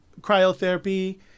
cryotherapy